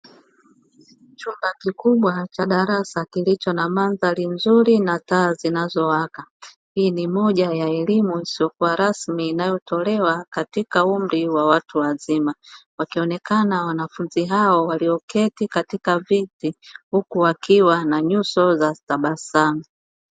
Chumba kikubwa cha darasa kina mandhari nzuri na taa zinazowaka, hii ni moja ya elimu isiyo rasmi, inayo tolewa katika umri wa watu wazima, wakionekana wanafunzi hao walioketi katika viti huku wakiwa na nyuso za tabasamu.